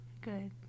Good